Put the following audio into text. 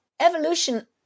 evolution